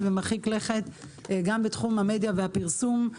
מאוד ומרחיק לכת בתחום המדיה והפרסום,